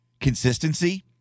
consistency